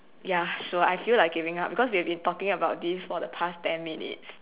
ya sure I feel like giving up because we've been talking about this for the past ten minutes